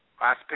Last